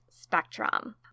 spectrum